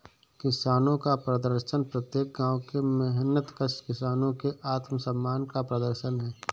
किसानों का प्रदर्शन प्रत्येक गांव के मेहनतकश किसानों के आत्मसम्मान का प्रदर्शन है